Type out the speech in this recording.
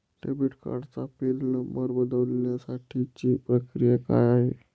Debit कार्डचा pin number बदलण्यासाठीची प्रक्रिया काय आहे?